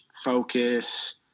focus